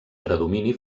predomini